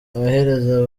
abahereza